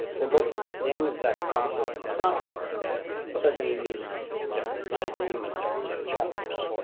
will go through the same exact process in the software but they're going to use a different design theme and different sub chapters.